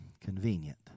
convenient